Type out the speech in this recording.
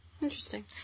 interesting